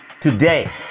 Today